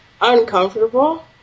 Uncomfortable